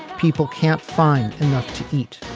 people can't find enough to eat.